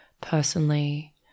personally